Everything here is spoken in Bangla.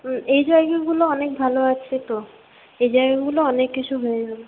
হুম এই জায়গাগুলো অনেক ভালো আছে তো এই জায়গাগুলো অনেক কিছু হয়ে যাবে